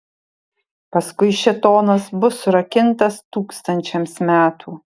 paskui šėtonas bus surakintas tūkstančiams metų